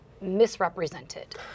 misrepresented